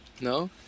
No